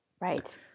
Right